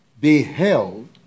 beheld